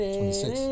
twenty-six